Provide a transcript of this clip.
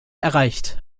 erreicht